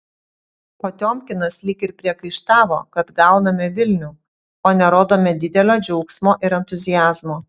potiomkinas lyg ir priekaištavo kad gauname vilnių o nerodome didelio džiaugsmo ir entuziazmo